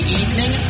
evening